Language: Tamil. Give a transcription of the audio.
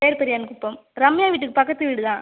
பேர் பெரியான் குப்பம் ரம்யா வீட்டுக்கு பக்கத்து வீடுதான்